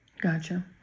Gotcha